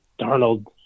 Darnold